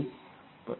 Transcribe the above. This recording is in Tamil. C